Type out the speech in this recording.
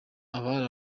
abari